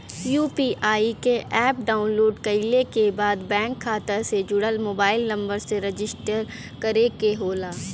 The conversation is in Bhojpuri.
यू.पी.आई क एप डाउनलोड कइले के बाद बैंक खाता से जुड़ल मोबाइल नंबर से रजिस्टर करे के होला